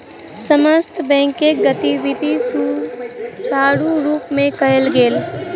समस्त बैंकक गतिविधि सुचारु रूप सँ कयल गेल